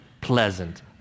pleasant